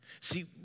See